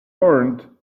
learned